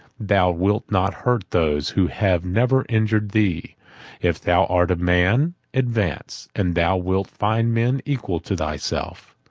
thou wilt not hurt those who have never injured thee if thou art a man, advance and thou wilt find men equal to thyself.